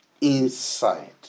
inside